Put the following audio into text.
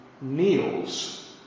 kneels